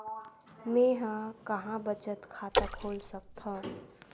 मेंहा कहां बचत खाता खोल सकथव?